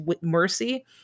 mercy